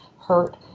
hurt